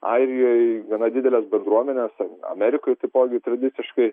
airijoj gana dideles bendruomenes amerikoj taipogi tradiciškai